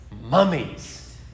Mummies